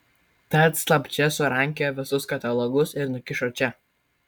tad slapčia surankiojo visus katalogus ir nukišo čia